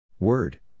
Word